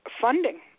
funding